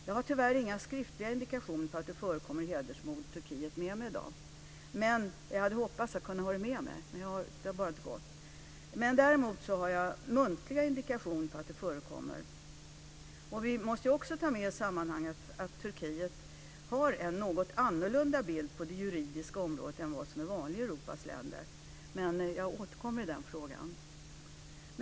Jag har tyvärr inga skriftliga indikationer på att det förekommer hedersmord i Turkiet med mig i dag - jag hade hoppats det, men det har inte gått. Däremot har jag muntliga indikationer på att det förekommer. Vi måste också ta med i sammanhanget att Turkiet har en något annorlunda syn på det juridiska området än vad som är vanligt i Europas länder. Men jag återkommer till den frågan.